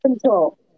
Control